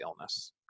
illness